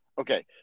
Okay